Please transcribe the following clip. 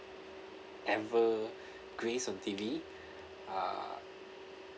ever graced on T_V uh